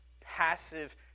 passive